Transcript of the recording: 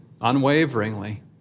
unwaveringly